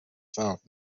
south